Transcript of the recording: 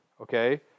okay